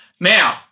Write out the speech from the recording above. Now